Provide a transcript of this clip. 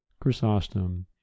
Chrysostom